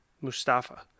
Mustafa